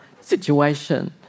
situation